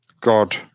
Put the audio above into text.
god